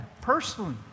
Personally